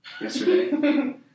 yesterday